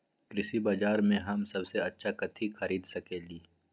कृषि बाजर में हम सबसे अच्छा कथि खरीद सकींले?